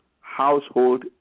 household